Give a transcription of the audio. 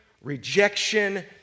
rejection